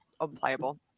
unplayable